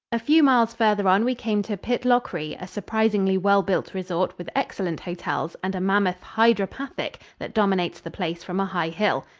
a few miles farther on we came to pitlochry, a surprisingly well built resort with excellent hotels and a mammoth hydropathic that dominates the place from a high hill.